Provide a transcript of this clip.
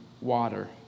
water